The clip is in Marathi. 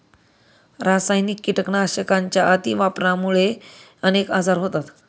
रासायनिक कीटकनाशकांच्या अतिवापरामुळे अनेक आजार होतात